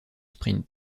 sprint